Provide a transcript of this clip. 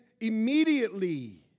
immediately